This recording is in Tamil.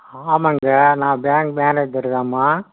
ஆமாங்க நான் பேங்க் மேனேஜரு தாம்மா